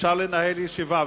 אפשר לנהל ישיבה.